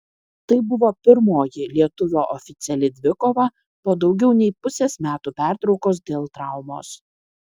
tai buvo pirmoji lietuvio oficiali dvikova po daugiau nei pusės metų pertraukos dėl traumos